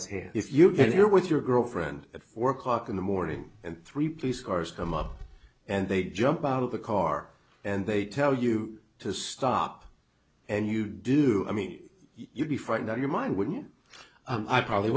here if you can here with your girlfriend at four o'clock in the morning and three police cars come up and they jump out of the car and they tell you to stop and you do i mean you'd be frightened on your mind when you and i probably